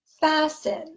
Fasten